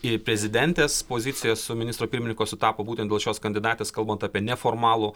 ir prezidentės poziciją su ministro pirmininko sutapo būtent dėl šios kandidatės kalbant apie neformalų